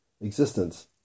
existence